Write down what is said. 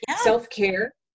self-care